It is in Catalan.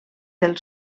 del